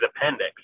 appendix